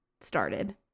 started